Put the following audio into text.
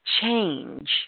change